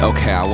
Okay